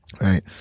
right